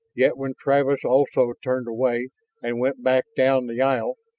yet when travis also turned away and went back down the aisle,